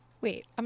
Wait